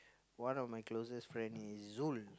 one of my closest friend is Zul